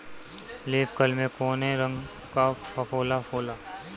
Leaf curl में कौने रंग का फफोला होला?